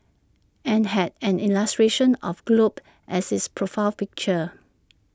and had an illustration of A globe as its profile picture